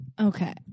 Okay